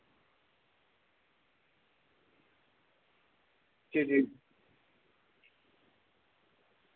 जी जी